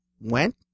went